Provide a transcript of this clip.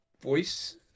voice-